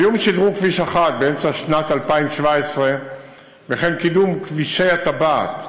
סיום שדרוג כביש 1 באמצע שנת 2017 וקידום כבישי הטבעת,